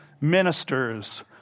ministers